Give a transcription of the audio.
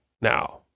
now